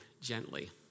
gently